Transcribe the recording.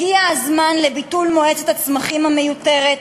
הגיע הזמן לבטל את מועצת הצמחים המיותרת,